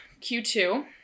Q2